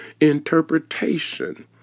interpretation